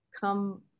come